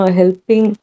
helping